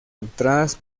entradas